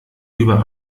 über